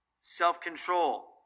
self-control